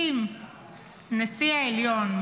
אם נשיא העליון,